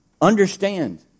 understand